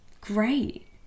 great